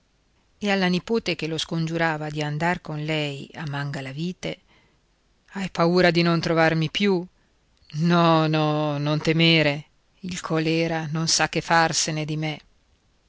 e alla nipote che lo scongiurava di andar con lei a mangalavite hai paura di non trovarmi più no no non temere il colèra non sa che farsene di me